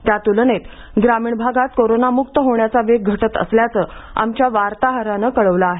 त्या तुलनेत ग्रामीण भागात कोरोना मुक्त होण्याचा वेग घटत असल्याचे आमच्या वार्ताहराने कळवले आहे